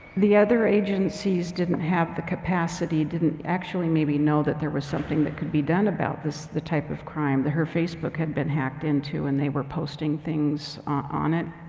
the other agencies didn't have the capacity, didn't actually maybe know that there was something that could be done about this, the type of crime. her facebook had been hacked into and they were posting things on it.